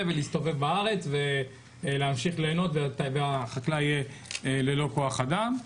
ולהסתובב בארץ ולהמשיך ליהנות בזמן שהחקלאי ללא כוח אדם.